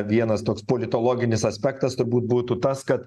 vienas toks politologinis aspektas turbūt būtų tas kad